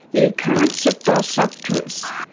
the occurrence of glossopteris,